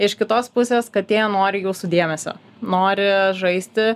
iš kitos pusės katė nori jūsų dėmesio nori žaisti